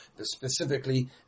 specifically